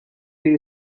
you